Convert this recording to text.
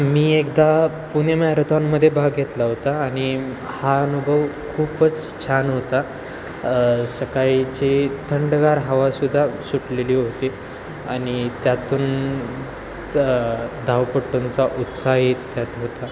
मी एकदा पुणे मॅरेथॉनमध्ये भाग घेतला होता आणि हा अनुभव खूपच छान होता सकाळची थंडगार हवासुद्धा सुटलेली होती आणि त्यातून धावपटूंचा उत्साहही त्यात होता